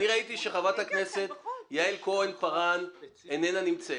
אני ראיתי שחברת הכנסת יעל כהן-פארן לא נמצאת